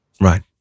right